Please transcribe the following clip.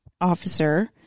officer